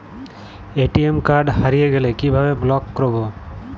ATM card হারিয়ে গেলে কিভাবে ব্লক করবো?